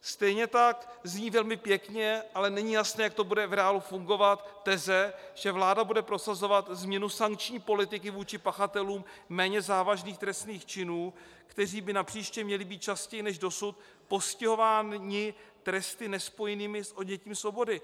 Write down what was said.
Stejně tak zní velmi pěkně, ale není jasné, jak to bude v reálu fungovat, teze, že vláda bude prosazovat změnu sankční politiky vůči pachatelům méně závažných trestných činů, kteří by napříště měli být častěji než dosud postihováni tresty nespojenými s odnětím svobody.